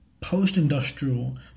post-industrial